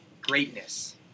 greatness